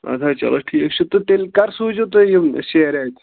ادٕ حظ چلو ٹھیٖک چھُ تہٕ تیٚلہِ کَر سوٗزِو تُہۍ یِم سیر اَتہِ